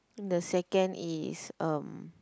and the second is um